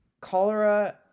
cholera